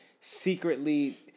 secretly